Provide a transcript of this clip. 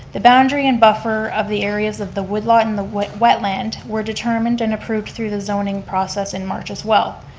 the boundary and buffer of the areas of the woodlot in the wood wetland were determined and approved through the zoning process in march as well.